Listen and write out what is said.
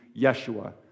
Yeshua